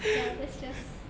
ya that's just